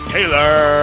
Taylor